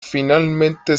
finalmente